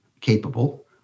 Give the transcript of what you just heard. capable